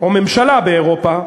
או ממשלה באירופה,